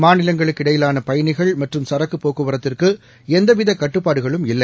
மாநிலங்களுக்கு இடையிலான பயணிகள் மற்றும் சரக்கு போக்குவரத்துக்கு எந்தவித கட்டுப்பாடுகளும் இல்லை